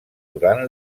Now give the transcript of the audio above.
durant